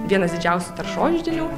vienas didžiausių taršos židinių